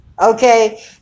okay